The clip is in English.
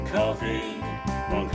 Coffee